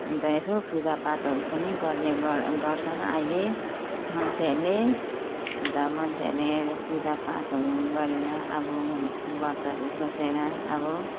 अन्त यसो पूजापाठहरू पनि गर्ने गर् गर्छन् अहिले मान्छेहरूले अन्त मान्छेहरूले पूजापाठहरू गरेर अब व्रतहरू बसेर अब